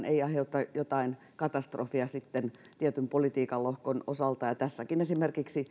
ei aiheuta jotain katastrofia tietyn politiikan lohkon osalta tässäkin esimerkiksi